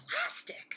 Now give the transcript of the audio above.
plastic